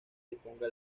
disponga